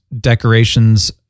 decorations